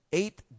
eight